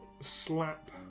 slap